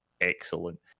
excellent